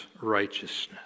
righteousness